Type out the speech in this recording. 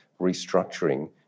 restructuring